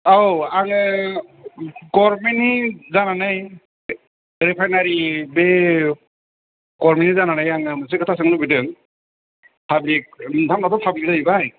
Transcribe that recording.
औ आङो गभरमेन्टनि जानानै रिफाइनारि बे गभरमेन्टनि जानानै आङो मोनसे खोथा सोंनो लुगैदों पाब्लिक नोंथांमोनाथ' पाब्लिक जाहैबाय